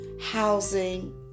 housing